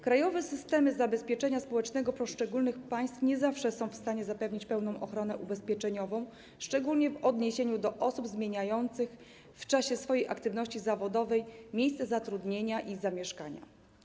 Krajowe systemy zabezpieczenia społecznego poszczególnych państw nie zawsze są w stanie zapewnić pełną ochronę ubezpieczeniową, szczególnie w odniesieniu do osób zmieniających w czasie swojej aktywności zawodowej miejsce zatrudnienia i zamieszkania.